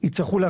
במסלול של